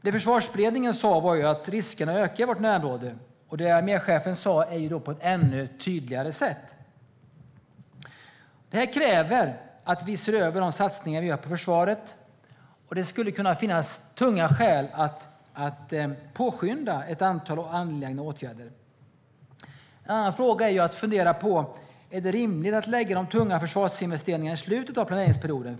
Det Försvarsberedningen sa var att riskerna ökar i vårt närområde, och arméchefen sa det på ett ännu tydligare sätt. Det kräver att vi ser över de satsningar vi gör på försvaret. Det skulle kunna finnas tunga skäl att påskynda ett antal angelägna åtgärder. En annan fråga att fundera på är om det är rimligt att lägga de tunga försvarsinvesteringarna i slutet av planeringsperioden.